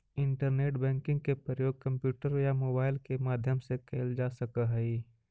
internet banking के प्रयोग computer या मोबाइल के माध्यम से कैल जा सकऽ हइ